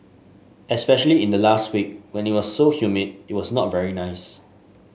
especially in the last week when it was so humid it was not very nice